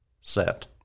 set